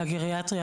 תעריף מקסימום.